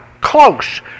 close